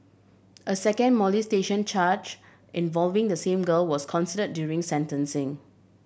a second molestation charge involving the same girl was consider during sentencing